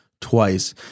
twice